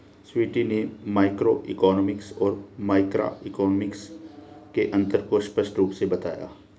स्वीटी ने मैक्रोइकॉनॉमिक्स और माइक्रोइकॉनॉमिक्स के अन्तर को स्पष्ट रूप से बताया